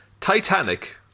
Titanic